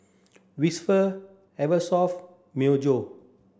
Whisper Eversoft and Myojo